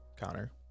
Connor